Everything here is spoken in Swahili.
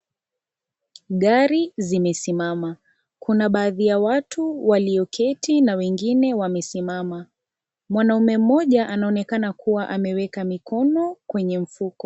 Gari zimesimama. Kuna baadhi ya watu walio keti na wengine wamesimama. Mwanamme mmoja anaonekana kuwa ameweka mikono kwenye mfuko.